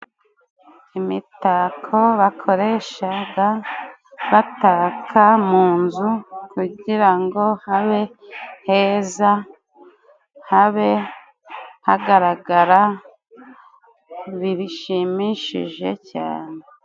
Imitako bakoreshaga bataka mu nzu kugira ngo habe heza, habe hagaragara bishimishije cane.